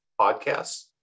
podcasts